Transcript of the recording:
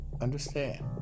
understand